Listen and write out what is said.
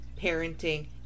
parenting